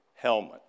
Helmet